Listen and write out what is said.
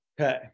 Okay